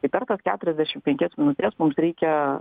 tai per tas keturiasdešimt penkias minutes mums reikia